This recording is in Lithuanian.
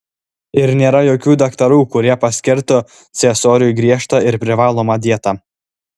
ir nėra jokių daktarų kurie paskirtų ciesoriui griežtą ir privalomą dietą